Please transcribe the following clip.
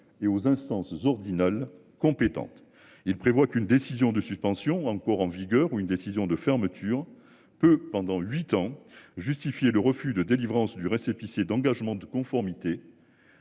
et aux instances ordinales compétente il prévoit qu'une décision de suspension encore en vigueur ou une décision de fermeture peu pendant 8 ans, justifier le refus de délivrance du récépissé d'engagement de conformité.